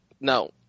No